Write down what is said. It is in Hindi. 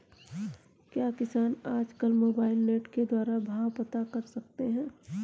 क्या किसान आज कल मोबाइल नेट के द्वारा भाव पता कर सकते हैं?